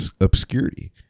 obscurity